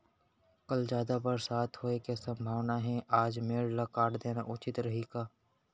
कल जादा बरसात होये के सम्भावना हे, आज मेड़ ल काट देना उचित रही का?